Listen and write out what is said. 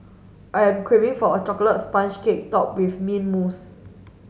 I am craving for a chocolate sponge cake topped with mint mousse